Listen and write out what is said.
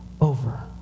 over